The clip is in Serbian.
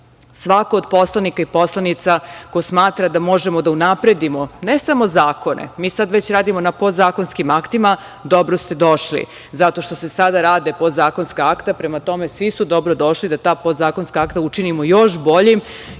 Svako od poslanika i poslanica, ako smatra da možemo da unapredimo ne samo zakone, mi sada već radimo na podzakonskim aktima, dobro ste došli zato što se sada rade podzakonska akta. Prema tome, svi su dobrodošli da ta podzakonska akta učinimo još boljim,